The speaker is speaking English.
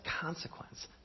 consequence